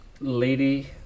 lady